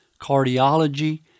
cardiology